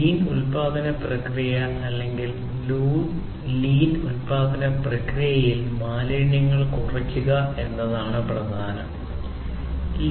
lean ഉൽപാദന പ്രക്രിയ അല്ലെങ്കിൽ ലീൻ ഉൽപാദന പ്രക്രിയയിൽ മാലിന്യങ്ങൾ കുറയ്ക്കുക എന്നതാണ് പ്രധാന പരിഗണന